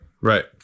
right